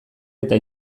eta